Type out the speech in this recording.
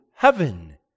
heaven